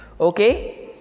Okay